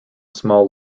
small